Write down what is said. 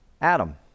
Adam